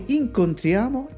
incontriamo